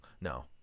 No